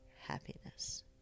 happiness